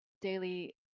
daily